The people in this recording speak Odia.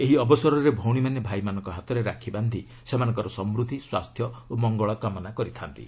ଏହି ଅବସରରେ ଭଉଣୀମାନେ ଭାଇମାନଙ୍କ ହାତରେ ରାକ୍ଷୀ ବାନ୍ଧି ସେମାନଙ୍କର ସମୃଦ୍ଧି ସ୍ୱାସ୍ଥ୍ୟ ଓ ମଙ୍ଗଳ କାମନା କରିଥା'ନ୍ତି